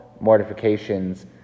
mortifications